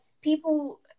people